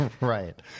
right